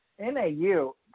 NAU